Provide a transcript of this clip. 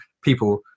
people